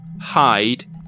hide